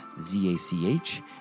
Z-A-C-H